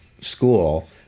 school